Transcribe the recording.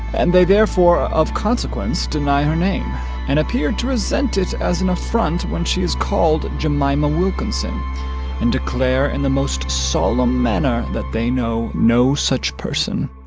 and they therefore, of consequence, deny her name and appear to resent it as an affront when she is called jemima wilkinson and declare in the most solemn manner that they know no such person